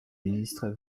ministre